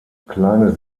kleine